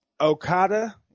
Okada